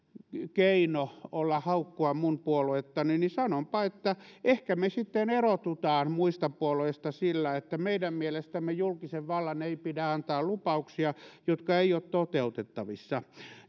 keinona olla haukkua minun puoluettani niin sanonpa että ehkä me sitten erotumme muista puolueista sillä että meidän mielestämme julkisen vallan ei pidä antaa lupauksia jotka eivät ole toteutettavissa